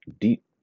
deep